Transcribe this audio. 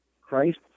Christ